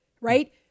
right